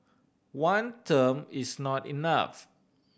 one term is not enough